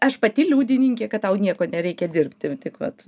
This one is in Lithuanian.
aš pati liudininkė kad tau nieko nereikia dirbti tik vat